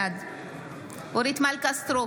בעד אורית מלכה סטרוק,